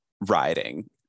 riding